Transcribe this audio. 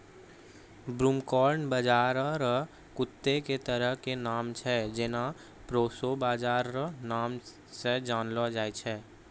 broomcorn बाजरा रो कत्ते ने तरह के नाम छै जेना प्रोशो बाजरा रो नाम से जानलो जाय छै